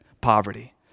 poverty